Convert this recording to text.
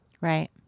Right